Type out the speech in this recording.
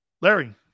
Larry